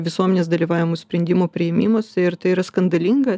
visuomenės dalyvavimo sprendimų priėmimuose ir tai yra skandalinga